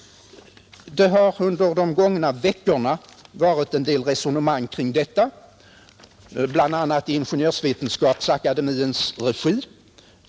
Under de gångna veckorna har det förts en del resonemang kring dessa frågor, bl.a. i Ingenjörsvetenskapsakademiens regi.